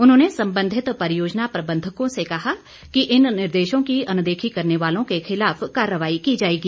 उन्होंने संबंधित परियोजना प्रबंधकों से कहा कि इन निर्देशों की अनदेखी करने वालों के खिलाफ कार्रवाई की जाएगी